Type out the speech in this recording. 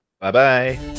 Bye-bye